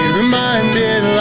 reminded